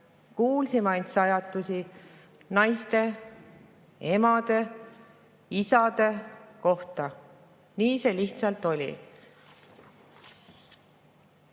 Kuulsime ainult sajatusi naiste, emade, isade kohta. Nii see lihtsalt oli.